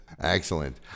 Excellent